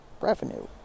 revenue